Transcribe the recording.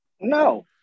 No